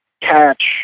catch